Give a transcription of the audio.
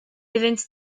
iddynt